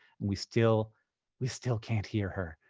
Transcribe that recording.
we still we still can't hear her.